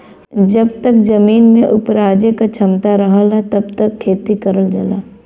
जब तक जमीन में उपराजे क क्षमता रहला तब तक खेती करल जाला